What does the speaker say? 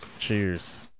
Cheers